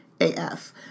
AF